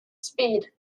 speed